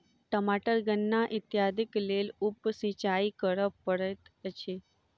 टमाटर गन्ना इत्यादिक लेल उप सिचाई करअ पड़ैत अछि